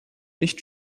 nicht